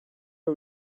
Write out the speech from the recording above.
are